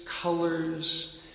colors